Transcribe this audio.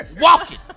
walking